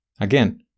Again